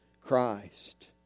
Christ